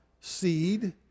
seed